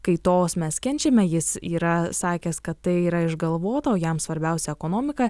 kaitos mes kenčiame jis yra sakęs kad tai yra išgalvota o jam svarbiausia ekonomika